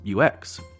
UX